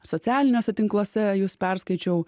socialiniuose tinkluose jus perskaičiau